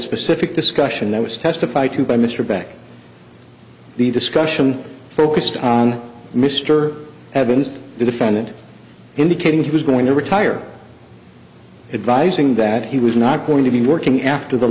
specific discussion that was testified to by mr beck the discussion focused on mr evans the defendant indicating he was going to retire advising that he was not going to be working after the